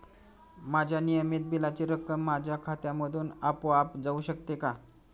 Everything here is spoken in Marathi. माझ्या नियमित बिलाची रक्कम माझ्या खात्यामधून आपोआप जाऊ शकते का?